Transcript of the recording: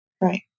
right